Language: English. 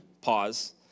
pause